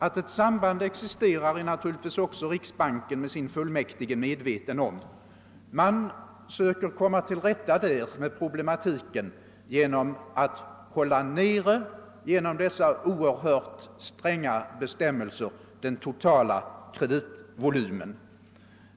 Att ett samband existerar är naturligtvis också riksbanken med sina fullmäktige medveten om. Man söker komma till rätta med problematiken genom att med oerhört stränga bestämmelser hålla nere den totala kreditvolymen.